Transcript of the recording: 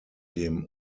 dem